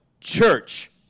Church